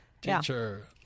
Teacher